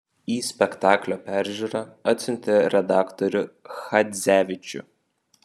į spektaklio peržiūrą atsiuntė redaktorių chadzevičių